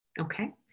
Okay